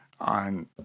on